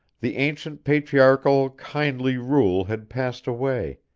the ancient patriarchal, kindly rule had passed away,